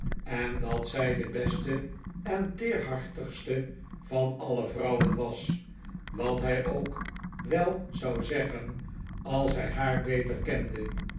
en dat zij de beste en teerhartigste van alle vrouwen was wat hij ook wel zou zeggen als hij haar beter kende